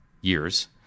years